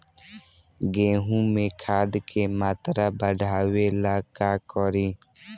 गेहूं में खाद के मात्रा बढ़ावेला का करी?